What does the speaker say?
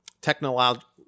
technological